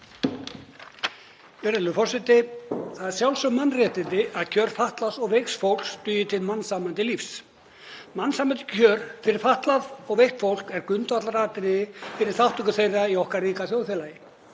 Það eru sjálfsögð mannréttindi að kjör fatlaðs og veiks fólks dugi til mannsæmandi lífs. Mannsæmandi kjör fyrir fatlað og veikt fólk eru grundvallaratriði fyrir þátttöku þeirra í okkar ríka þjóðfélagi.